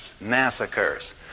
massacres